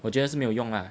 我觉得是没有用啊